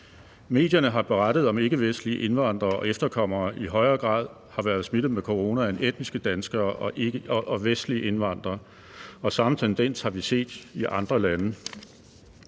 Medierne har berettet om, at ikkevestlige indvandrere og efterkommere i højere grad har været smittet med corona end etniske danskere og vestlige indvandrere. Og samme tendens har vi set i andre lande.